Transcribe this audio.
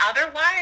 otherwise